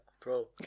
bro